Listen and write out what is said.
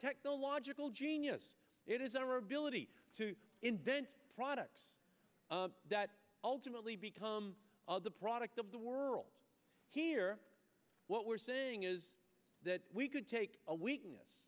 technological genius it is our ability to invent products that ultimately become the product of the world here what we're saying is that we could take a weakness